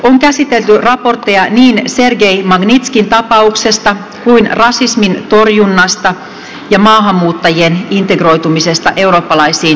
on käsitelty raportteja niin sergei magnitskin tapauksesta kuin rasismin torjunnasta ja maahanmuuttajien integroitumisesta eurooppalaisiin yhteiskuntiin